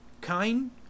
Kind